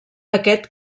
aquest